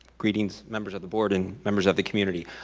greetings members of the board and members of the community.